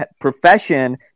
profession